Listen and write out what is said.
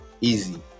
easy